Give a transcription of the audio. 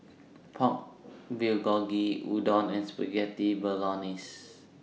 Pork Bulgogi Udon and Spaghetti Bolognese